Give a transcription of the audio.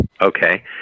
Okay